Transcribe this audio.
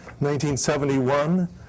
1971